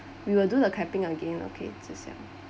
we will do the clapping again okay